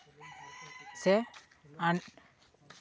ᱥᱮ